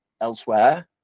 elsewhere